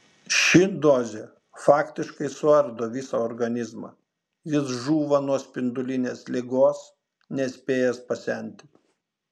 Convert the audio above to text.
ši dozė faktiškai suardo visą organizmą jis žūva nuo spindulinės ligos nespėjęs pasenti